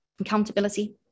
Accountability